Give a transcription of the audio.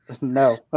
No